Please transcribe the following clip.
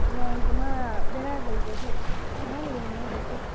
ꯅꯣꯡꯒꯨꯝꯕ ꯕꯦꯔꯥ ꯂꯩꯇ꯭ꯔꯗꯤ ꯅꯨꯡꯉꯥꯏꯅ ꯌꯧꯅꯉꯥꯏ ꯇꯧꯁꯦ